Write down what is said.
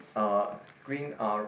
uh green uh